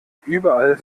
überall